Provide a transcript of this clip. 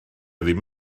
ddim